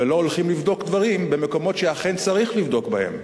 ולא הולכים לבדוק דברים במקומות שאכן צריך לבדוק בהם,